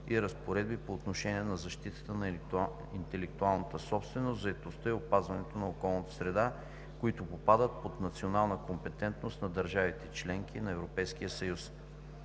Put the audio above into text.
и разпоредби по отношение на защитата на интелектуалната собственост, заетостта и опазването на околната среда, които попадат под национална компетентност на държавите – членки на Европейския съюз.